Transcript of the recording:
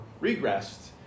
regressed